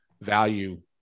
value